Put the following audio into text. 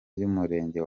y’umurenge